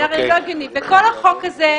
כל החוק הזה,